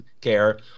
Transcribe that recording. care